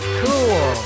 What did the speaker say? cool